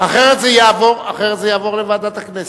אחרת זה יעבור לוועדת הכנסת.